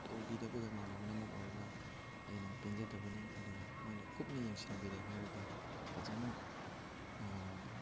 ꯇꯧꯕꯤꯗꯕꯒ ꯃꯥꯟꯅꯕꯅ ꯃꯔꯝ ꯑꯣꯏꯔꯒ ꯑꯩꯅ ꯄꯦꯟꯖꯗꯕꯅꯤ ꯑꯗꯨꯅ ꯃꯣꯏꯅ ꯀꯨꯞꯅ ꯌꯦꯡꯁꯤꯟꯕꯤꯔꯦ ꯍꯥꯏꯔꯒ ꯐꯖꯅ